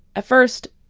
at first,